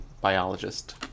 biologist-